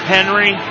Henry